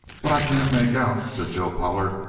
what i can't make out, said joe pollard,